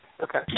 Okay